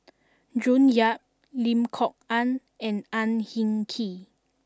June Yap Lim Kok Ann and Ang Hin Kee